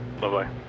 Bye-bye